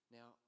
Now